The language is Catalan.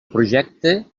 projecte